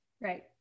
right